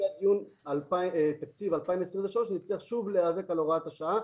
גם לקראת הדיון בתקציב 2023 נצטרך שוב להיאבק על הוראת השעה.